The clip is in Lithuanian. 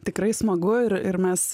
tikrai smagu ir ir mes